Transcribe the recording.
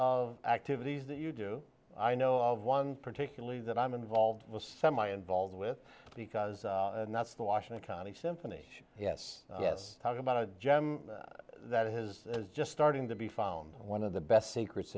of activities that you do i know of one particularly that i'm involved was semi involved with because that's the washington county symphony yes yes how about a gem that is just starting to be found one of the best secrets